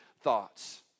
thoughts